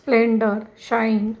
splendor shine